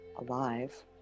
alive